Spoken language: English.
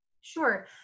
Sure